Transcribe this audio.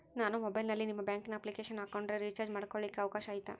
ನಾನು ಮೊಬೈಲಿನಲ್ಲಿ ನಿಮ್ಮ ಬ್ಯಾಂಕಿನ ಅಪ್ಲಿಕೇಶನ್ ಹಾಕೊಂಡ್ರೆ ರೇಚಾರ್ಜ್ ಮಾಡ್ಕೊಳಿಕ್ಕೇ ಅವಕಾಶ ಐತಾ?